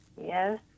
Yes